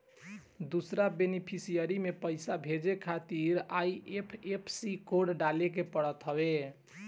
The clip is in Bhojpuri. दूसरा बेनिफिसरी में पईसा भेजे खातिर आई.एफ.एस.सी कोड डाले के पड़त हवे